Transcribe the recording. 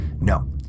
No